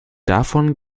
davon